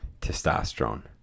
testosterone